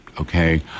okay